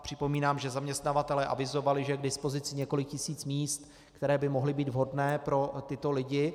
Připomínám, že zaměstnavatelé avizovali, že je k dispozici několik tisíc míst, která by mohla být vhodná pro tyto lidi.